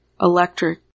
electric